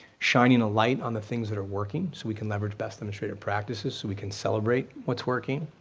shining a light on the things that are working so we can leverage best in the straight up practices, so we can celebrate what's working,